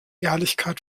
ehrlichkeit